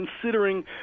considering